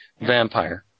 Vampire